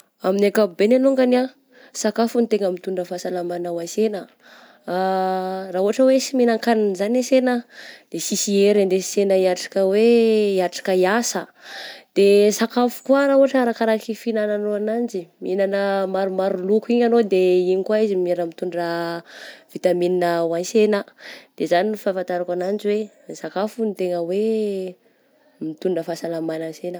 Amin'ny akapobeany longany ah sakafo no tegna mitondra fahasalamagna hoa sena, raha ohatra hoe sy mihina-kanina zany ansena de sisy hery andesin-sena hiatraka hoe, hiatrika hiasa, de sakafo koa raha ohatry arakaraky fihinanao ananjy, mihinana maromaro loko igny anao, de igny koa izy miara mitondra vitamina hoa sena, de zany ny fahafatarako ananjy hoe ny sakafo no tegna hoe mitondra fahasalamana ansena.